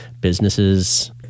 businesses